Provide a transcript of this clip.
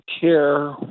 care